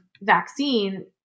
vaccine